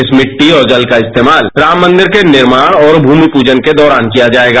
इस मिट्टी और जल का इस्तेमाल राम मांदिर के निर्माण और भूमि पूजन के दौरान किया जाएगा